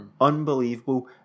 Unbelievable